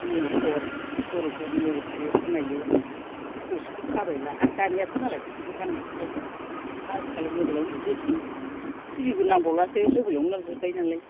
मटर हुर हुर मटरल' खोनायो ससेखौनो थाबायला आरो दानियाथ' मालाइ बिदिबो गान नायखाला आजिखालि मबाइलआवनो नुजोबसै टिभिबो नांबावलासो मबेलआवनो नुजोबबाय नालाय